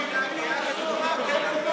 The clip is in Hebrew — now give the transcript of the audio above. בוא נדבר על הקהילה הגאה.